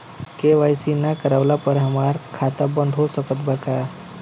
KYC ना करवाइला पर हमार खाता बंद हो सकत बा का?